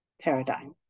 paradigm